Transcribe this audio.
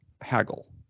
haggle